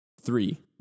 Three